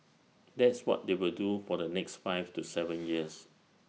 that's what they will do for the next five to Seven years